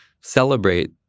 celebrate